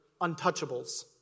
untouchables